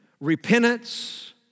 repentance